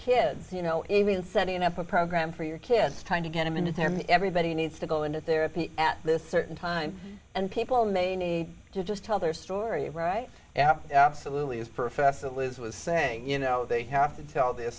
kids you know even setting up a program for your kids trying to get a minute then everybody needs to go into therapy at this certain time and people may need to just tell their story right now absolutely as professor liz was saying you know they have to tell th